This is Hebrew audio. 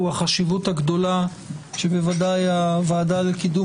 הוא החשיבות הגדולה שבוודאי הוועדה לקידום